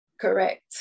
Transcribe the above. Correct